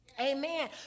Amen